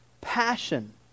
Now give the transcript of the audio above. passion